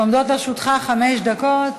עומדות לרשותך חמש דקות.